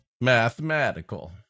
mathematical